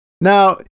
Now